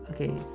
Okay